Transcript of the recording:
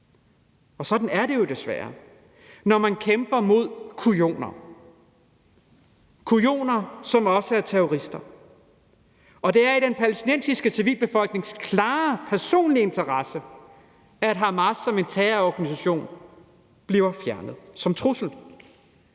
Og sådan er det jo desværre, når man kæmper mod kujoner – kujoner, som ofte er terrorister. Og det er i den palæstinensiske civilbefolknings klare personlige interesse, at Hamas som en terrororganisation bliver fjernet som trussel.